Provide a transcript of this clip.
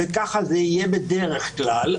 וכך זה יהיה בדרך כלל,